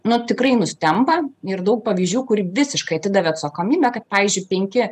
na tikrai nustemba ir daug pavyzdžių kur visiškai atidavė atsakomybę kad pavyzdžiui penki